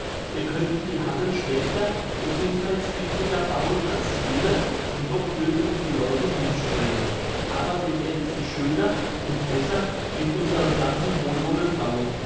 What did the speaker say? wir könnten die hallen schlechter gesundheitswidriger bauen als jene und doch würden uns die leute hinströmen aber wir werden sie schöner und besser mit unserem ganzen wohlwollen bauen